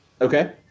okay